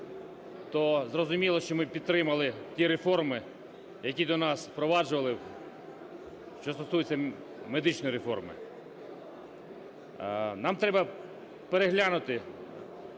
то зрозуміло, що ми підтримали ті реформи, які до нас впроваджували, що стосується медичної реформи. Нам треба переглянути